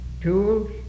tools